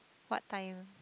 what time